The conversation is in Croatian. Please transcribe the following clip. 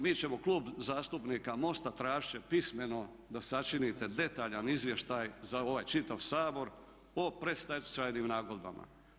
Mi ćemo Klub zastupnika MOST-a tražit će pismeno da sačinite detaljan izvještaj za ovaj čitav Sabor o predstečajnim nagodbama.